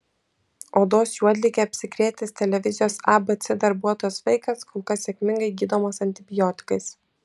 odos juodlige apsikrėtęs televizijos abc darbuotojos vaikas kol kas sėkmingai gydomas antibiotikais